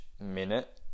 minute